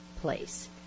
place